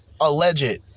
alleged